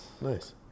Nice